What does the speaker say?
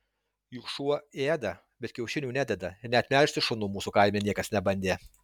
juk šuo ėda bet kiaušinių nededa ir net melžti šunų mūsų kaime niekas nebandė